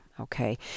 okay